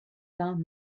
found